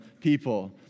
people